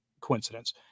coincidence